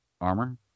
armor